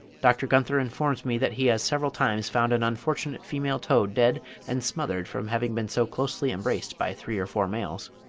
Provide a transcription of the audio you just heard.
dr. gunther informs me that he has several times found an unfortunate female toad dead and smothered from having been so closely embraced by three or four males.